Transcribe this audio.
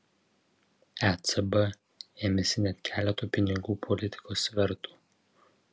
ecb ėmėsi net keleto pinigų politikos svertų